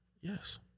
Yes